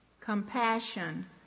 compassion